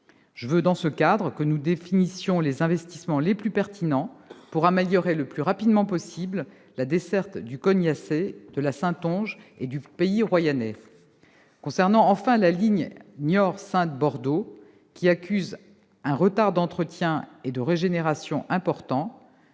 Je veux que, dans ce cadre, nous définissions les investissements les plus pertinents pour améliorer le plus rapidement possible la desserte du Cognaçais, de la Saintonge et du Pays royannais. Enfin, concernant la ligne Niort-Saintes-Bordeaux qui accuse aussi un retard d'entretien et de régénération important,